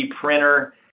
printer